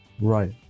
right